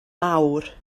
mawr